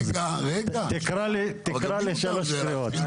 אז תקרא לי שלוש קריאות.